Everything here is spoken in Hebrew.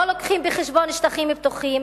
לא מביאים בחשבון שטחים פתוחים,